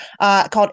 called